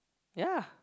ya